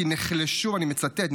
אני מצטט,